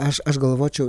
aš aš galvočiau